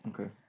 Okay